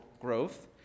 growth